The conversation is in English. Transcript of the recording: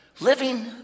living